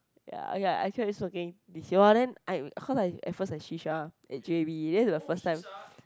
ya okay ah I tried smoking this year !wah! then I cause I at first I shisha at j_b that's the first time